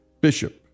Bishop